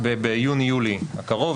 ביוני יולי הקרוב,